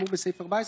אדוני היושב-ראש,